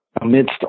amidst